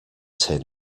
tin